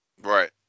Right